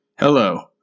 Hello